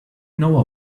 know